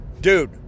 dude